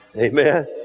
Amen